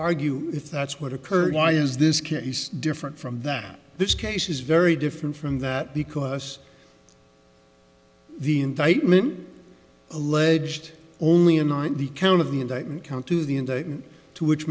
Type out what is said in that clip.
argue if that's what occurred why is this case different from that this case is very different from that because the indictment alleged only